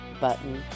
button